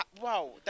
wow